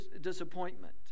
disappointment